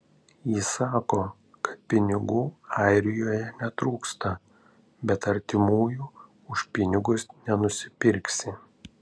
ji sako kad pinigų airijoje netrūksta bet artimųjų už pinigus nenusipirksi